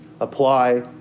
apply